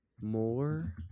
More